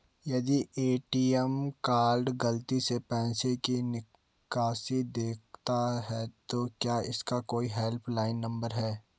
यदि ATM card गलती से पैसे की निकासी दिखाता है तो क्या इसका कोई हेल्प लाइन नम्बर है?